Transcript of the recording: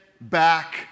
back